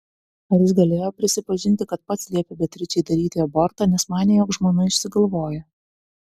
ar jis galėjo prisipažinti kad pats liepė beatričei daryti abortą nes manė jog žmona išsigalvoja